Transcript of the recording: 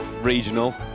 regional